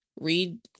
read